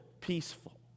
peaceful